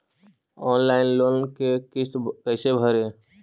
Online loan के किस्त कैसे भरे?